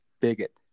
bigot